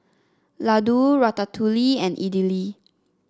Ladoo Ratatouille and Idili